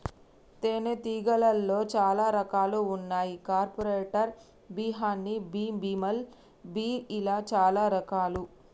తేనే తీగలాల్లో చాలా రకాలు వున్నాయి carpenter bee honey bee, bumble bee ఇలా చాలా రకాలు